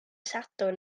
sadwrn